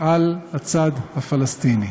על הצד הפלסטיני.